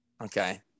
Okay